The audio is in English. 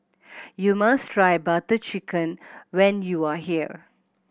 you must try Butter Chicken when you are here